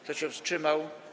Kto się wstrzymał?